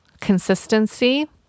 consistency